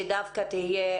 שדווקא תהיה